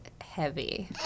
heavy